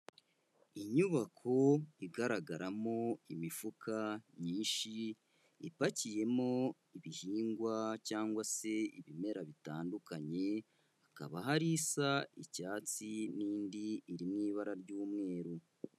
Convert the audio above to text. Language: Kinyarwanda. Inyubako igaragaramo imifuka myinshi ipakiyemo ibihingwa cyangwa se ibimera bitandukanye, hakaba hari isa icyatsi n'indi iri mu ibara ry'umweru.